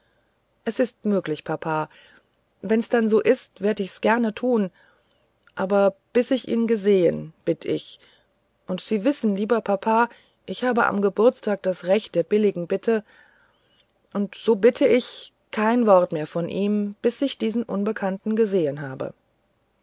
es ist möglich papa wenn's dann so ist werd ich's gern tun aber bis ich ihn gesehen bitt ich und sie wissen lieber papa ich habe am geburtstage das recht der billigen bitte und so bitte ich kein wort mehr von ihm bis ich diesen unbekannten gesehen habe